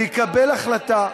ויקבל החלטה,